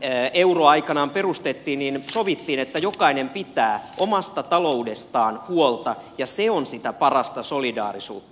kun euro aikanaan perustettiin niin sovittiin että jokainen pitää omasta taloudestaan huolta ja se on sitä parasta solidaarisuutta